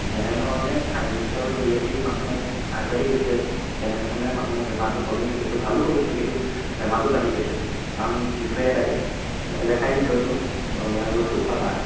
যেনেধৰণে চায়েন্সৰ যোগেদি মানুহ আগবাঢ়ি গৈছে তেনেধৰণে মানুহ বেমাৰটো কমি গৈছে ত' ভালো হৈ গৈছে কিন্তু বেমাৰটো বাঢ়ি গৈছে কাৰণ বিষয় এটাই ৰাসায়নিক দ্ৰব্য মানে বস্তু খোৱাৰ কাৰণে